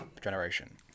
generation